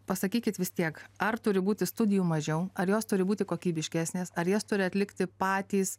pasakykit vis tiek ar turi būti studijų mažiau ar jos turi būti kokybiškesnės ar jas turi atlikti patys